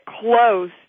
close